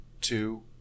two